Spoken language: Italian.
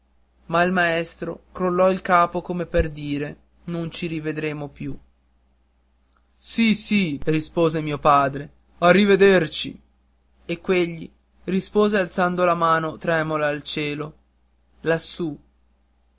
ma il maestro crollò il capo come per dire non ci rivedremo più sì sì ripeté mio padre a rivederci e quegli rispose alzando la mano tremola al cielo lassù